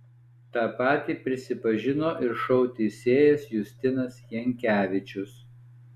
tą patį prisipažino ir šou teisėjas justinas jankevičius